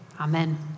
Amen